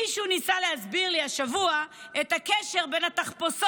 השבוע מישהו ניסה להסביר לי את הקשר בין התחפושות